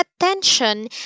attention